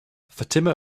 fatima